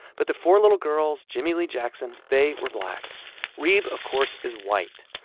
but the four little girls, jimmie lee jackson they were black reeb, of course, is white.